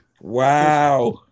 Wow